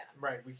Right